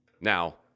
Now